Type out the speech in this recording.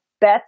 bet